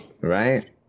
Right